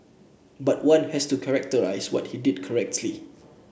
but one has to characterise what he did correctly